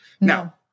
Now